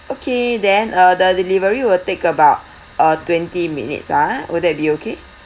okay then uh the delivery will take about uh twenty minutes ah will that be okay